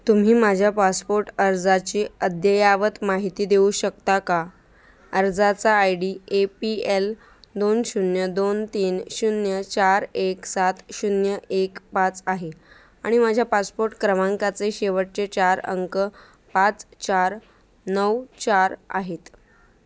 तुम्ही माझ्या पासपोर्ट अर्जाची अद्ययावत माहिती देऊ शकता का अर्जाचा I D A P L दोन शून्य दोन तीन शून्य चार एक सात शून्य एक पाच आहे आणि माझ्या पासपोर्ट क्रमांकाचे शेवटचे चार अंक पाच चार नऊ चार आहेत